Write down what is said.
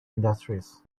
industries